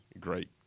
great